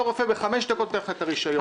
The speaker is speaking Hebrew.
כאשר אותו רופא בתוך חמש דקות נותן לך את הרישיון.